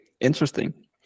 interesting